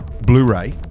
Blu-ray